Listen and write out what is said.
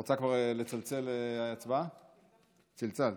חבר הכנסת עיסאווי פריג' אינו נוכח,